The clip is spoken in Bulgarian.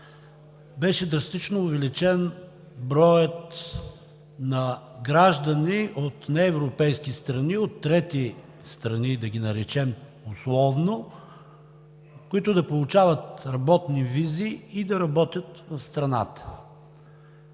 беше драстично увеличен броят на граждани от неевропейски страни, от трети страни – да ги наречем условно, които да получават работни визи и да работят в страната.